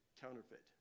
counterfeit